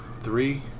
three